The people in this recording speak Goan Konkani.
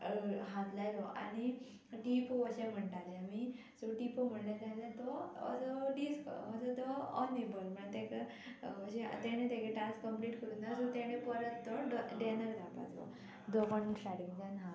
हात लायलो आनी टिपो अशे म्हणटाले आमी सो टिपो म्हणलें जाल्यार तो असो तो डीरकॉल् असो तो अनेबल म्हण तेका अशे तेणे तेगे टास्क कंप्लीट करूंक ना सो तेणें परत तो डॅनर जावपाचो जो कोण स्टाटींगच्यान हा तो